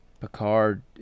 Picard